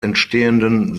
entstehenden